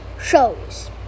shows